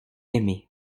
aimé